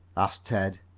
asked ted.